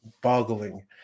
boggling